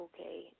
okay